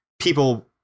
people